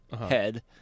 head